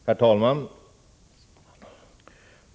Herr talman!